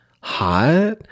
hot